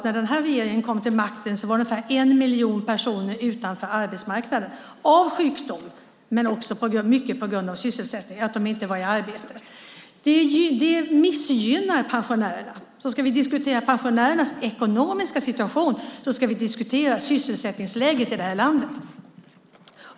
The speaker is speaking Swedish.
När regeringen kom till makten stod ungefär en miljon personer utanför arbetsmarknaden, delvis på grund av sjukdom men också mycket på grund av att de inte var i arbete. Det missgynnade pensionärerna. Ska vi diskutera pensionärernas ekonomiska situation ska vi diskutera sysselsättningsläget i vårt land.